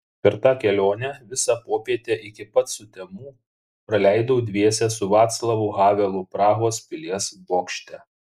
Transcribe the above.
per tą kelionę visą popietę iki pat sutemų praleidau dviese su vaclavu havelu prahos pilies bokšte